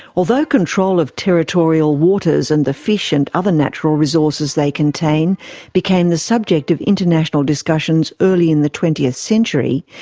although control of territorial waters and the fish and other natural resources they contain became the subject of international discussions early in the twentieth century,